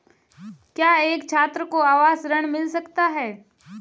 क्या एक छात्र को आवास ऋण मिल सकता है?